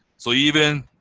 so even